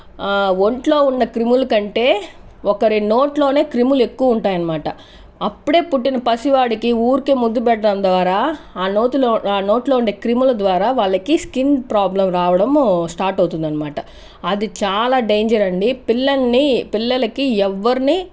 ఒంట్లో ఉన్న క్రిముల కంటే ఒకరి నోటిలోనే క్రిమిలు ఎక్కువ ఉంటాయనమాట అప్పుడే పుట్టిన పసివాడికి ఊరికే ముద్దు పెట్టడం ద్వారా ఆ నోతిలో ఆ నోటిలో ఉండే క్రిములు ద్వారా వాళ్లకి స్కిన్ ప్రాబ్లం రావడము స్టార్ట్ అవుతుంది అనమాట అది చాలా డేంజర్ అండి పిల్లల్ని పిల్లలకి ఎవరిని